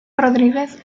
rodríguez